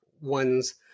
ones